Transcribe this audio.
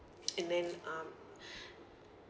and then um